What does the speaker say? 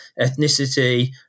ethnicity